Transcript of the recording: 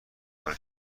حال